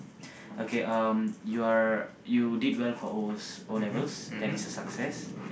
okay um you are you did well for O's O-levels that is a success